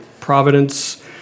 Providence